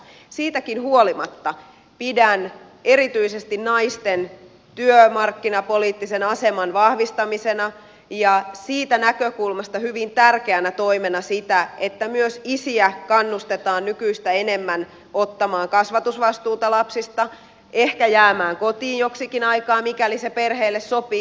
siitäkin huolimatta pidän erityisesti naisten työmarkkinapoliittisen aseman vahvistamisena ja siitä näkökulmasta hyvin tärkeänä toimena sitä että myös isiä kannustetaan nykyistä enemmän ottamaan kasvatusvastuuta lapsista ehkä jäämään kotiin joksikin aikaa mikäli se perheelle sopii